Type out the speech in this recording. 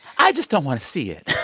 i just don't want to see it.